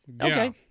Okay